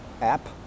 app